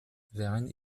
während